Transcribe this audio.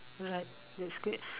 alright that's good